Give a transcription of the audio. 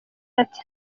ati